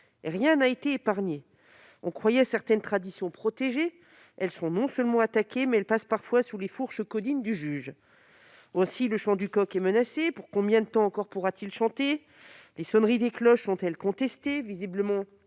Rien n'a été épargné. On croyait certaines traditions protégées : elles sont non seulement attaquées, mais elles passent parfois sous les fourches caudines du juge. Ainsi, le chant du coq est menacé. Combien de temps encore cet animal pourra-t-il chanter ? Les sonneries des cloches sont, elles, contestées ;